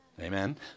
Amen